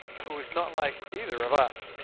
who is not like either of us,